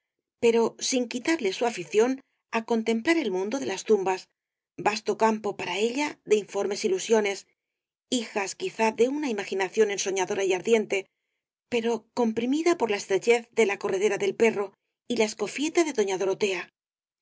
pero sin quitarle su afición á contemplar el mundo de las tumbas vasto campo para ella de informes ilusiones hijas quizá de una imaginación ensoñadora y ardiente pero comprimida por la esel caballero de las botas azules trechez de la corredera del perro y la escofieta de doña dorotea